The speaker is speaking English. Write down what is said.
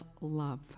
love